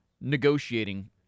negotiating